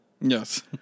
Yes